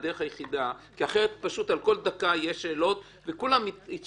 הדרך היחידה כי אחרת כל דקה יהיו שאלות ולא נגמור,